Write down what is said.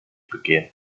begehen